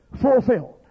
fulfilled